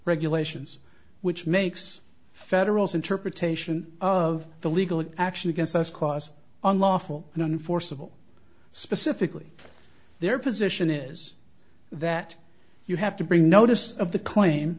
regulations which makes federals interpretation of the legal action against us cause unlawful and forcible specifically their position is that you have to bring notice of the claim